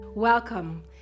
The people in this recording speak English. Welcome